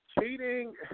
cheating